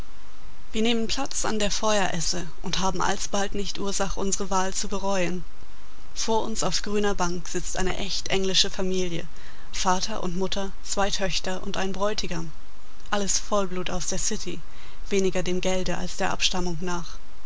wir nehmen platz an der feueresse und haben alsbald nicht ursach unsere wahl zu bereuen vor uns auf grüner bank sitzt eine echt englische familie vater und mutter zwei töchter und ein bräutigam alles vollblut aus der city weniger dem gelde als der abstammung nach